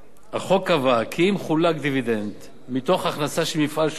החוק קבע כי אם חולק דיבידנד מתוך הכנסה של מפעל שהושגה